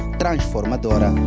transformadora